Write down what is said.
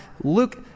Luke